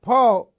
Paul